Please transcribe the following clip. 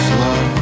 love